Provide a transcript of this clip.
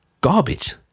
garbage